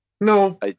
No